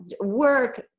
work